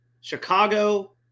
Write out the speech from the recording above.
Chicago